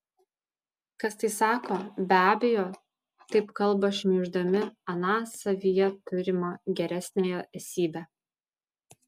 kas tai sako be abejo taip kalba šmeiždami aną savyje turimą geresniąją esybę